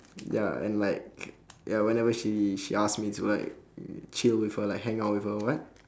ya and like ya whenever she she ask me to like chill with her like hang out with her what